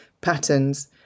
patterns